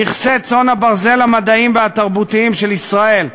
נכסי צאן ברזל המדעיים והתרבותיים של ישראל,